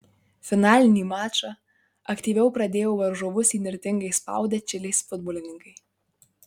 finalinį mačą aktyviau pradėjo varžovus įnirtingai spaudę čilės futbolininkai